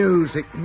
Music